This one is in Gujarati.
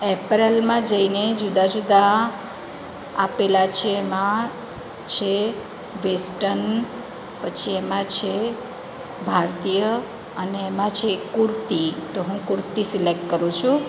એપરેલમાં જઈને જુદા જુદા આપેલા છે એમાં છે વેસ્ટન પછી એમાં છે ભારતીય અને એમાં છે એક કુર્તી તો હું કુર્તી સિલેક્ટ કરું છું